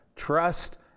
trust